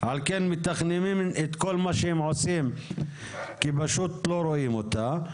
על כן מתכננים את כל מה שהם עושים כי פשוט לא רואים אותה.